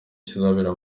kizabera